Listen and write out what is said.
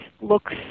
looks